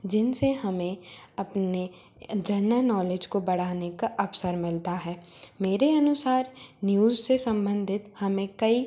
जिन से हमें अपने जेनल नौलेज को बढ़ाने का अवसर मिलता है मेरे अनुसार न्यूज़ से संबंधित हमें कई सही